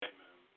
Amen